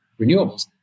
renewables